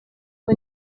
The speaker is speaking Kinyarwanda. ngo